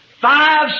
Five